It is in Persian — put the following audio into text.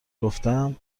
گفتم